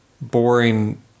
boring